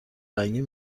رنگی